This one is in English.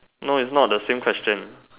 no it's not the same question